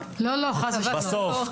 בסוף,